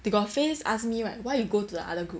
they got face ask me right why you go to the other group